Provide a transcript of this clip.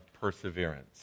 perseverance